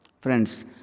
Friends